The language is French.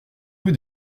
rue